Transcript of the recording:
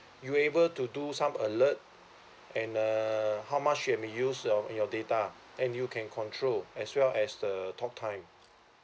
you're able to do some alert and uh how much you've been use your your data and you can control as well as the talk time